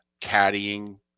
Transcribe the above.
caddying